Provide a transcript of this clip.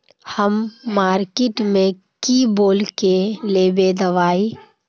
हम मार्किट में की बोल के लेबे दवाई?